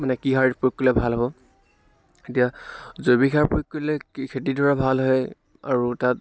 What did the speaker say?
মানে কি সাৰ প্ৰয়োগ কৰিলে ভাল হ'ব এতিয়া জৈৱিক সাৰ প্ৰয়োগ কৰিলে কি খেতিডৰা ভাল হয় আৰু তাত